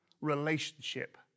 relationship